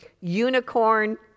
unicorn